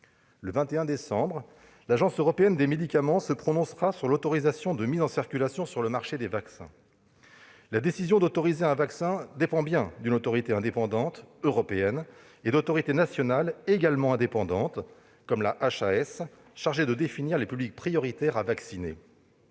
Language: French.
Le 21 décembre, l'Agence européenne des médicaments se prononcera sur l'autorisation de mise en circulation sur le marché des vaccins. La décision d'autoriser un vaccin dépend bien d'une autorité indépendante européenne et d'autorités nationales, également indépendantes, comme la HAS, chargée de définir les publics prioritaires à vacciner.